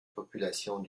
populations